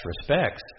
respects